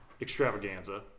extravaganza